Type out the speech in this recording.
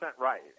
right